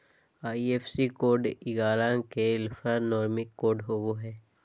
IFSC code ग्यारह अंक के एल्फान्यूमेरिक कोड होवो हय